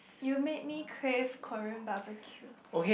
you made me crave Korean Barbecue